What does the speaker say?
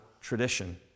tradition